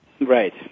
Right